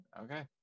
Okay